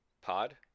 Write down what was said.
pod